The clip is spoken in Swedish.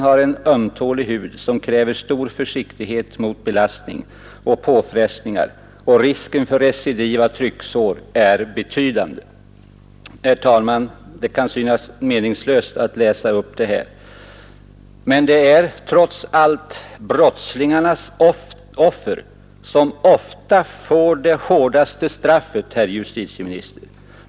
har en ömtålig hud som kräver stor försiktighet mot belastning och påfrestningar och risken för recidiv av trycksår är betydande.” Herr talman! Det kan synas meningslöst att läsa upp det här, men det är trots allt brottslingarnas offer som ofta får det hårdaste straffet, herr justitieminister.